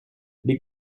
les